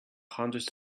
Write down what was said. hundreds